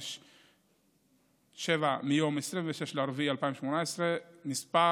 3757, מיום 26 באפריל 2018, מס'